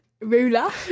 ruler